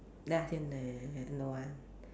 then I say no don't want